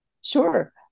sure